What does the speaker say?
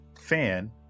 fan